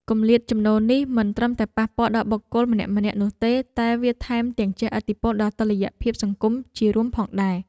គម្លាតចំណូលនេះមិនត្រឹមតែប៉ះពាល់ដល់បុគ្គលម្នាក់ៗនោះទេតែវាថែមទាំងជះឥទ្ធិពលដល់តុល្យភាពសង្គមជារួមផងដែរ។